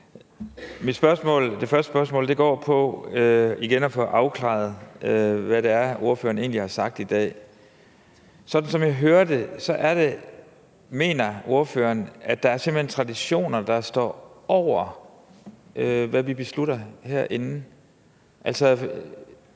Det første spørgsmål går på igen at få afklaret, hvad det er, ordføreren egentlig har sagt i dag. Sådan som jeg hører det, mener ordføreren, at der simpelt hen er traditioner, der står over, hvad vi beslutter herinde.